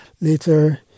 Later